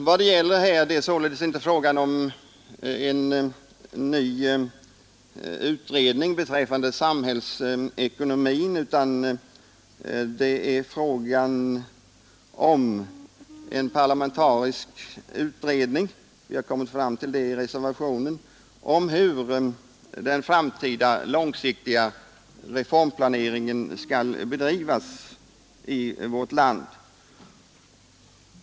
Vad det gäller här är sålunda inte frågan om en ny utredning beträffande samhällsekonomin, utan det är frågan om en parlamentarisk utredning vi har kommit fram till det i reservationen om hur den framtida långsiktiga reformplaneringen skall bedrivas i vårt land.